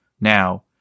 now